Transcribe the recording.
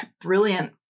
brilliant